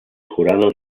jurado